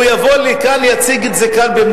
4, נגד, 1. הנושא ייכלל בסדר-היום של